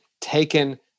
taken